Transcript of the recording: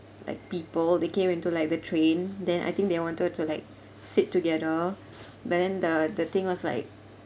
like people they came into like the train then I think they wanted to like sit together but then the the thing was like